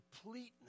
completeness